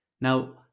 Now